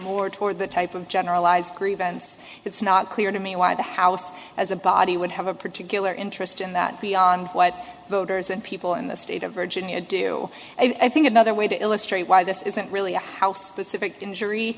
more toward that type of generalized grievance it's not clear to me why the house as a body would have a particular interest in that beyond what voters and people in the state of virginia do i think another way to illustrate why this isn't really a house specific injury